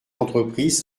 entreprises